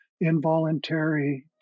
involuntary